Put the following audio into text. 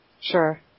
Sure